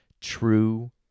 true